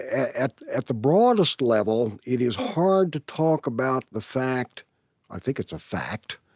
at at the broadest level, it is hard to talk about the fact i think it's a fact